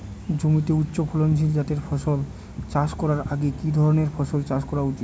জমিতে উচ্চফলনশীল জাতের ফসল চাষ করার আগে কি ধরণের ফসল চাষ করা উচিৎ?